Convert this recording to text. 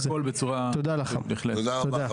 תודה רבה.